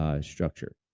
structure